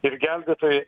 ir gelbėtojai